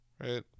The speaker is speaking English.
right